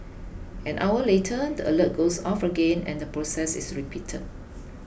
an hour later the alert goes off again and the process is repeated